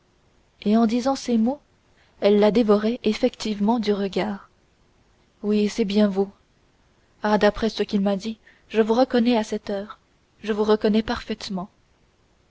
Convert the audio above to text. et en disant ces mots elle la dévorait effectivement du regard oui c'est bien vous ah d'après ce qu'il m'a dit je vous reconnais à cette heure je vous reconnais parfaitement